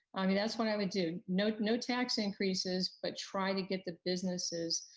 i mean, that's what i would do. no no tax increases, but try to get the businesses